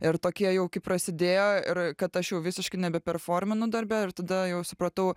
ir tokie jau kai prasidėjo ir kad aš jau visiškai nebeperforminu darbe ir tada jau supratau